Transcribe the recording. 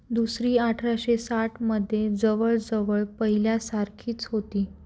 दुसरी अठराशे साठमध्ये जवळ जवळ पहिल्यासारखीच होती